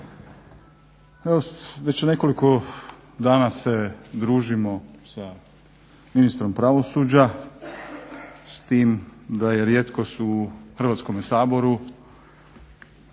već nekoliko dana se družimo sa ministrom pravosuđa, s tim da je rijetkost u Hrvatskome saboru,